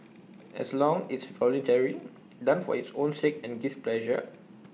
as long it's voluntary done for its own sake and gives pleasure